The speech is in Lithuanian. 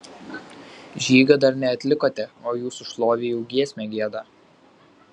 žygio dar neatlikote o jūsų šlovei jau giesmę gieda